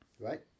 Right